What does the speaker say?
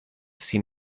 sin